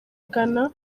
ghana